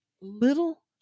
little